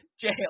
jail